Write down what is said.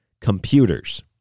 computers